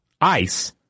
ice